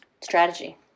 strategy